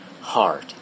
heart